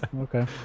Okay